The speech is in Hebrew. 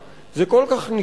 זה כל כך רחוק ממך,